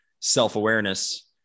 self-awareness